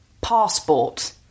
passport